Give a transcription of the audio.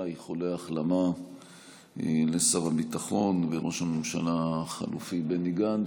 איחולי החלמה לשר הביטחון וראש הממשלה החליפי בני גנץ.